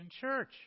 church